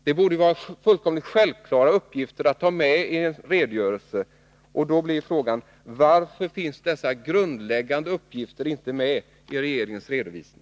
Det borde vara fullständigt självklart att ta med dessa uppgifter i en redogörelse. Varför finns dessa grundläggande uppgifter inte med i regeringens redovisning?